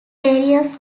areas